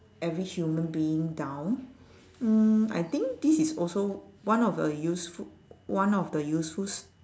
every human being down mm I think this is also one of a usefu~ one of the useful s~